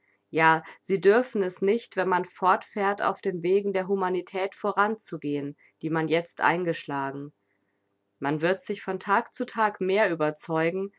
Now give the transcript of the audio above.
ja sie dürfen es nicht wenn man fortfährt auf den wegen der humanität voranzugehen die man jetzt eingeschlagen man wird sich von tag zu tag mehr überzeugen